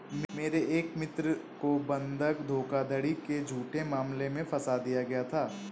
मेरे एक मित्र को बंधक धोखाधड़ी के झूठे मामले में फसा दिया गया था